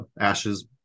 Ashes